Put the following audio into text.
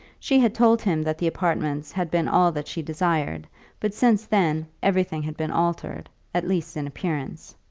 she had told him that the apartments had been all that she desired but since then everything had been altered, at least in appearance.